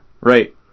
Right